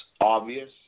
obvious